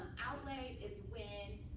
outlay is when